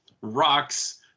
rocks